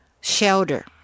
shelter